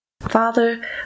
Father